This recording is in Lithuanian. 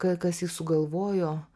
ka kas jį sugalvojo